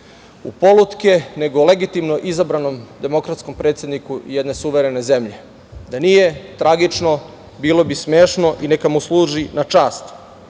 u polutke, nego legitimno izabranom demokratskom predsedniku jedne suverene zemlje. Da nije tragično, bilo bi smešno i neka mu služi na čast. Ipak